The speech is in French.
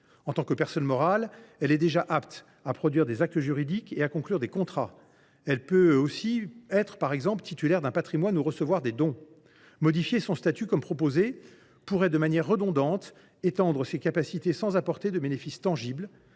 En tant que personne morale, elle est déjà apte à produire des actes juridiques et à conclure des contrats. Elle peut aussi être titulaire d’un patrimoine ou recevoir des dons. Modifier son statut comme cela est proposé pourrait étendre de manière redondante ces capacités sans apporter de bénéfices tangibles